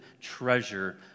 treasure